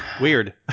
Weird